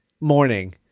morning